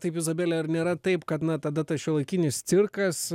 taip izabele ar nėra taip kad na tada tas šiuolaikinis cirkas